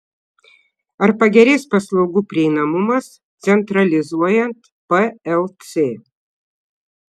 ar pagerės paslaugų prieinamumas centralizuojant plc